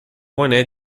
boné